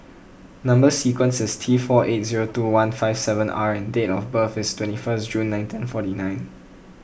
Number Sequence is T four eight zero two one five seven R and date of birth is twenty first June nineteen forty nine